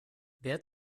wer